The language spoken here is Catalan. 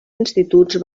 instituts